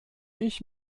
ich